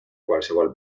qualsevol